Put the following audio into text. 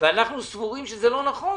אנחנו סבורים שזה לא נכון,